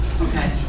Okay